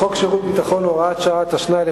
בחוק שירות ביטחון (הוראת שעה),